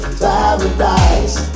paradise